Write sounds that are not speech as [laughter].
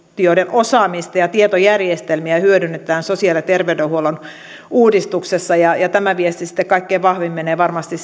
osaamista ja tietojärjestelmiä hyödynnetään sosiaali ja terveydenhuollon uudistuksessa ja ja tämä viesti sitten kaikkein vahvimmin menee varmasti [unintelligible]